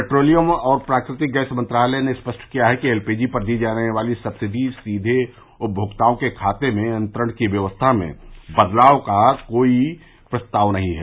petroleum और प्राकृतिक gas मंत्रालय ने स्पष्ट किया है कि एल पी जी पर दी जाने वाली सबसिडी सीघे उपमोक्ताओं के खाते में अंतरण की व्यवस्था में बदलाव का कोई प्रस्ताव नहीं है